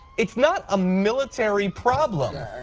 it's not a military problem.